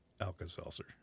Alka-Seltzer